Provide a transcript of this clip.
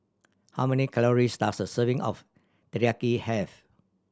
how many calories does a serving of Teriyaki have